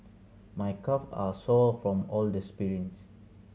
my calve are sore from all the sprints